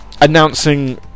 announcing